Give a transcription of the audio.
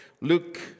Luke